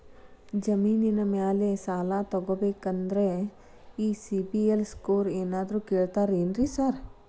ಜಮೇನಿನ ಮ್ಯಾಲೆ ಸಾಲ ತಗಬೇಕಂದ್ರೆ ಈ ಸಿಬಿಲ್ ಸ್ಕೋರ್ ಏನಾದ್ರ ಕೇಳ್ತಾರ್ ಏನ್ರಿ ಸಾರ್?